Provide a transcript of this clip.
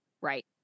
Right